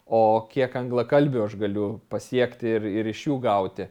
o kiek anglakalbių aš galiu pasiekti ir ir iš jų gauti